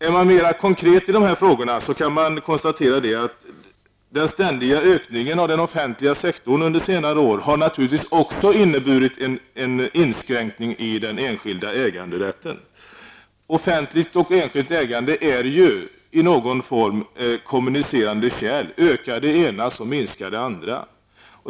Är man mer konkret i dessa frågor kan man konstatera att den ständiga ökningen av den offentliga sektorn under senare år naturligtvis också har inneburit en inskränkning i den enskilda äganderätten. Offentligt och enskilt ägande är ju i någon form kommunicerande kärl -- ökar det ena, så minskar det andra.